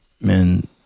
man